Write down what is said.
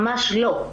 ממש לא.